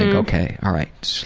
and ok, all right.